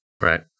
Right